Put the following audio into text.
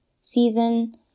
season